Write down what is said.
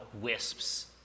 wisps